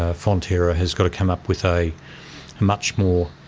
ah fonterra has got to come up with a much more